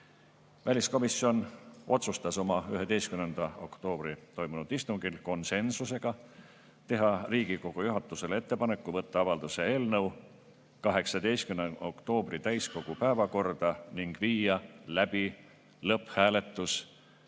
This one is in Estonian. Väliskomisjon otsustas oma 11. oktoobril toimunud istungil (konsensusega) teha Riigikogu juhatusele ettepaneku võtta avalduse eelnõu 18. oktoobri täiskogu päevakorda ning viia läbi lõpphääletus,